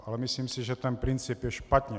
Ale myslím si, že ten princip je špatně.